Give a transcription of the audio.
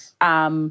Yes